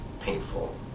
painful